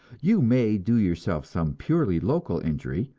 you may do yourself some purely local injury,